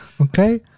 okay